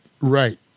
right